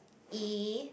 E